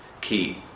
Key